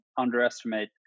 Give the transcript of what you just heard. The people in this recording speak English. underestimate